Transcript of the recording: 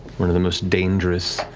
one of the most dangerous,